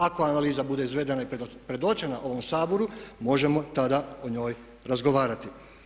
Ako analiza bude izvedena i predočena ovom Saboru možemo tada o njoj razgovarati.